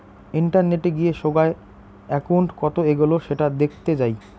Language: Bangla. ইন্টারনেটে গিয়ে সোগায় একউন্ট কত এগোলো সেটা দেখতে যাই